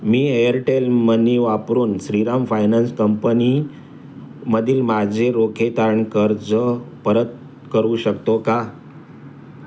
मी Airtel money वापरून Shriram finance कंपनीमधील माझे रोखे तारण कर्ज परत करू शकतो का